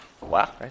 wow